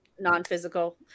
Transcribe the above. non-physical